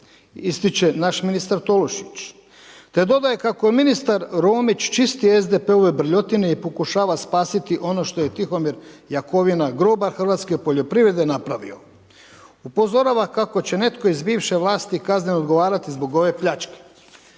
ističe naš ministar Tolušić te dodaje kako je ministar Romić čisti SDP-ove brljotine i pokušava spasiti ono što je Tihomir Jakovina, grobar hrvatske poljoprivrede napravio. Upozorava kako će netko iz bivše vlasti kazneno odgovarati zbog ove pljačke.